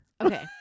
okay